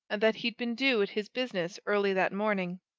and that he'd been due at his business early that morning.